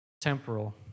Temporal